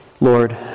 Lord